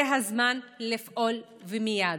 זה הזמן לפעול, ומייד.